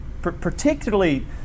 Particularly